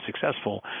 successful